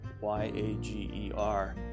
Y-A-G-E-R